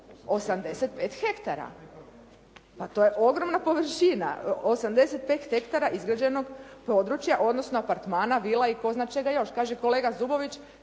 85 hektara, pa to je ogromna površina. 85 hektara izgrađenog područja, odnosno apartmana, vila i tko zna čega još. Kaže kolega Zubović